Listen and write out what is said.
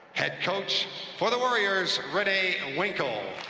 head coach for the warriors, renee winkel.